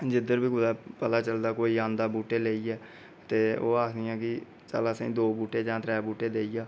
जिद्दर बी कोई पता चलदा कोई औंदा कोई बूह्टे लेइयै ते ओह् आखदियां न कि चल असेंगी दो बूह्टे त्रै बूह्टे देई जा